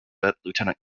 lieutenant